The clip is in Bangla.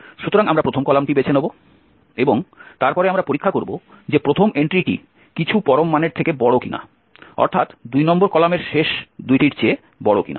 সুতরাং আমরা প্রথম কলামটি বেছে নেব এবং তারপরে আমরা পরীক্ষা করব যে প্রথম এন্ট্রিটি কিছু পরম মানের থেকে বড় কিনা অর্থাৎ দুই নম্বর কলামের শেষ দুইটির চেয়ে বড় কিনা